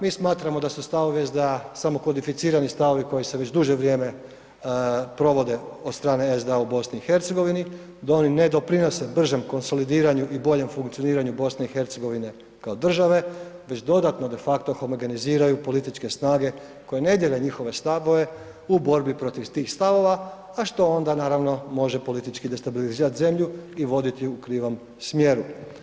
Mi smatramo da su stavovi SDA samo kodificirani stavovi koji se već duže vrijeme provode od strane SDA u BiH, da oni ne doprinose bržem konsolidiranju i boljem funkcioniranju BiH kao države već dodatno de facto homogeniziraju političke snage koji ne dijele njihove stavove u borbi protiv tih stavova, a što onda naravno može politički destabilizirati zemlju i voditi u krivom smjeru.